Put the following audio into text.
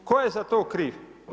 Tko je za to kriv?